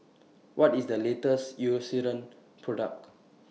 What IS The latest Eucerin Product